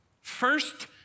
First